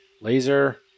Laser